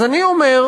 אז אני אומר: